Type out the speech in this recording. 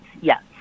yes